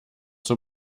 zur